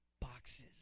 Boxes